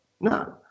no